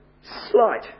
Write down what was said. slight